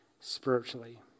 spiritually